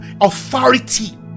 authority